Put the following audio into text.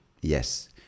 yes